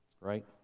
right